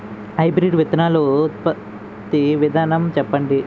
Hybrid విత్తనాలు ఉత్పత్తి విధానం చెప్పండి?